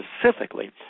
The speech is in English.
specifically